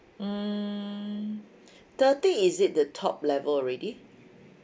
mm thirty is it the top level already